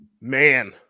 man